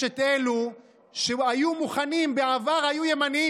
יש את אלו שבעבר היו ימנים.